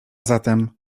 zatem